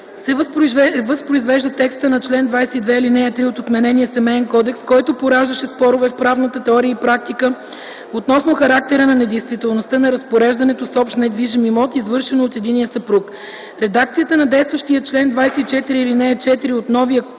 се възпроизвежда текста на чл. 22, ал. 3 от отменения Семеен кодекс, който пораждаше спорове в правната теория и практиката относно характера на недействителността на разпореждането с общ недвижим имот, извършено от единия съпруг. Редакцията на действащия чл. 24, ал. 4 от новия Семеен